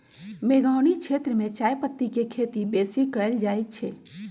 मेघौनी क्षेत्र में चायपत्ति के खेती बेशी कएल जाए छै